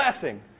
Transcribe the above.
blessing